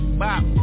bop